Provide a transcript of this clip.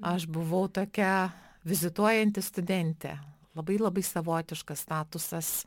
aš buvau tokia vizituojanti studentė labai labai savotiškas statusas